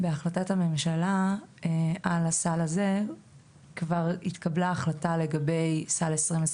בהחלטת הממשלה על הסל הזה כבר התקבלה החלטה לגבי סל 2024,